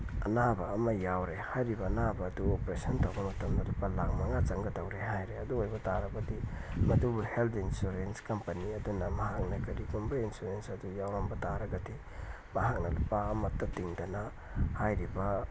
ꯑꯅꯥꯕ ꯑꯃ ꯌꯥꯎꯔꯦ ꯍꯥꯏꯔꯤꯕ ꯑꯅꯥꯕ ꯑꯗꯨ ꯑꯣꯄꯔꯦꯁꯟ ꯇꯧꯕ ꯃꯇꯝꯗ ꯂꯨꯄꯥ ꯂꯥꯛ ꯃꯉꯥ ꯆꯪꯒꯗꯧꯔꯦ ꯍꯥꯏꯔꯦ ꯑꯗꯨ ꯑꯣꯏꯕ ꯇꯥꯔꯕꯗꯤ ꯃꯗꯨꯕꯨ ꯍꯦꯜ ꯏꯟꯁꯨꯔꯦꯟꯁ ꯀꯝꯄꯅꯤ ꯑꯗꯨꯅ ꯃꯍꯥꯛꯅ ꯀꯔꯤꯒꯨꯝꯕ ꯏꯟꯁꯨꯔꯦꯟꯁ ꯑꯗꯨ ꯌꯥꯎꯔꯝꯕ ꯇꯥꯔꯒꯗꯤ ꯃꯍꯥꯛꯅ ꯂꯨꯄꯥ ꯑꯃꯇ ꯇꯤꯡꯗꯅ ꯍꯥꯏꯔꯤꯕ